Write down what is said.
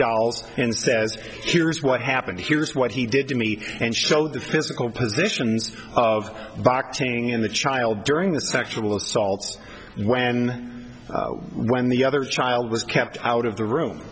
dolls and says here's what happened here's what he did to me and showed the physical positions of boxing in the child during the sexual assaults when when the other child was kept out of the room